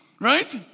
Right